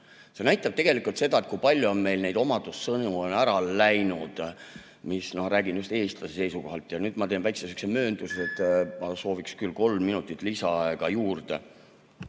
See näitab tegelikult seda, kui palju on meil neid omadussõnu ära läinud, räägin just eestlase seisukohalt. Ja nüüd ma teen väikese sihukese möönduse ... Ma sooviksin küll kolm minutit lisaaega.